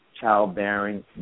childbearing